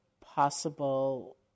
possible